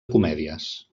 comèdies